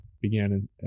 began